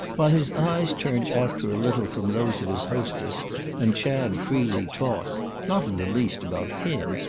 while his eyes turned after a little from those of his hostess and chad freely talked not in the least about him,